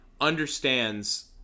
understands